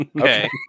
Okay